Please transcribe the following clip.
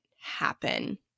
happen